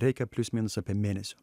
reikia plius minus apie mėnesio